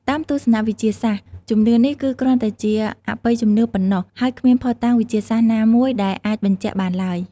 តាមទស្សនៈវិទ្យាសាស្ត្រ ជំនឿនេះគឺគ្រាន់តែជាអបិយជំនឿប៉ុណ្ណោះ ហើយគ្មានភស្តុតាងវិទ្យាសាស្ត្រណាមួយដែលអាចបញ្ជាក់បានឡើយ ។